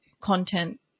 content